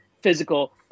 physical